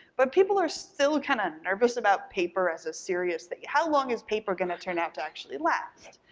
but people are still kind of nervous about paper as a serious thing. how long is paper gonna turn out to actually last?